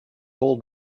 old